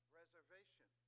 reservation